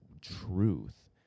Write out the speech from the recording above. truth